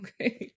Okay